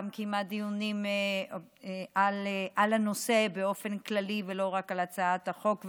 גם קיימה דיונים על הנושא באופן כללי ולא רק על הצעת החוק,